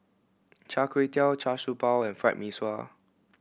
Char Kway Teow Char Siew Bao and Fried Mee Sua